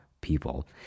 people